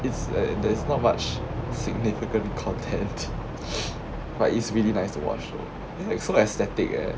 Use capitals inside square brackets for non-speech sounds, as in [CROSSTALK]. it's like there's not much significant content [NOISE] but it's really nice to watch though this is so aesthetic eh